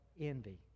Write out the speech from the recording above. envy